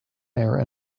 there